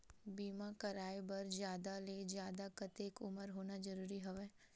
बीमा कराय बर जादा ले जादा कतेक उमर होना जरूरी हवय?